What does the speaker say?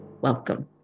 Welcome